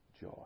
joy